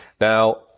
Now